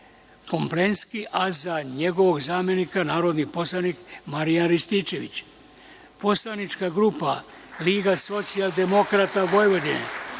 Komlenski, a za njegovog zamenika narodni poslanik Marijan Rističević; Poslanička grupa Liga socijaldemokrata Vojvodine,